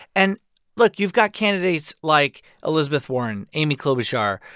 and look. you've got candidates like elizabeth warren, amy klobuchar,